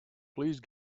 please